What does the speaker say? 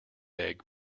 egg